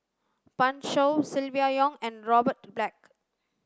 Pan Shou Silvia Yong and Robert Black